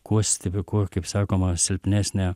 kuo stebiu kuo kaip sakoma silpnesnė